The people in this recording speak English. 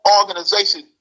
organization